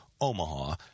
Omaha